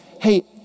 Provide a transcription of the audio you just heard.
hey